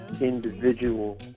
individual